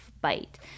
bite